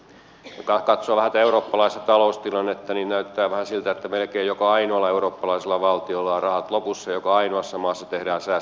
kun katsoo vähän tätä eurooppalaista taloustilannetta niin näyttää vähän siltä että melkein joka ainoalla eurooppalaisella valtiolla on rahat lopussa joka ainoassa maassa tehdään säästöpäätöksiä